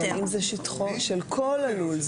אבל אם זה שטחו של כל הלול?